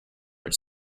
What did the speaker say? its